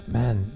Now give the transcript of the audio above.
man